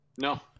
No